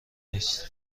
نیست